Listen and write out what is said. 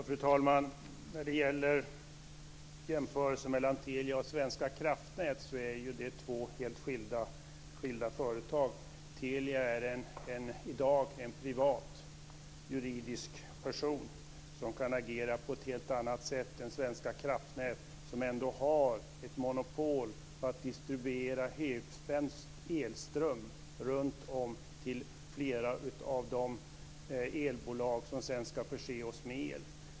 Fru talman! När det gäller jämförelsen mellan Telia och Svenska kraftnät är det ju två helt skilda företag. Telia är i dag en privat juridisk person som kan agera på ett helt annat sätt än Svenska kraftnät, som ändå har monopol på att distribuera högspänd elström runt om till flera av de elbolag som sedan ska förse oss med el.